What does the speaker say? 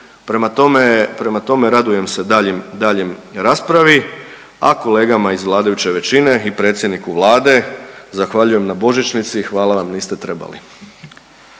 prema tome radujem se daljim, daljim raspravi, a kolegama iz vladajuće većine i predsjedniku Vlade zahvaljujem na božićnici i hvala vam niste trebali.